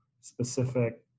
specific